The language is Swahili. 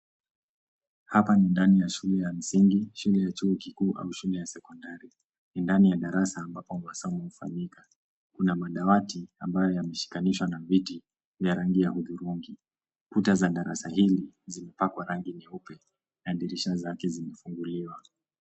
Hapa ni ndani ya shule ya msingi, shule ya chuo kikuu au shule ya sekondari. Ni ndani ya darasa ambapo masomo hufanyika. Kuna madawati ambayo yameshikanishwa na viti vya rangi ya hudhurungi. Kuta za darasa hili zimepakwa rangi nyeupe na dirisha zake zimefunguliwa.